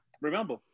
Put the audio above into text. remember